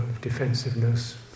Defensiveness